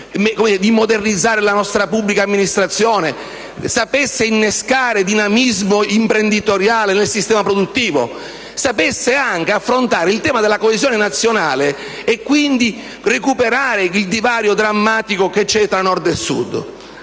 di modernizzare la nostra pubblica amministrazione, sapesse innescare dinamismo imprenditoriale nel sistema produttivo, sapesse anche affrontare il tema della coesione nazionale e quindi recuperare il divario drammatico che c'è tra Nord e Sud.